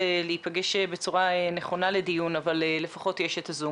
ולהפגש בצורה נכונה לדיון אבל לפחות יש את הזום.